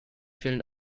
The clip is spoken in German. vielen